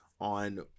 on